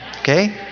Okay